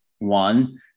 One